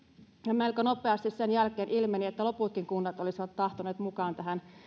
melko nopeasti sen jälkeen ilmeni että loputkin kunnat olisivat tahtoneet mukaan tähän